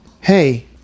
hey